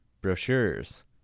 brochures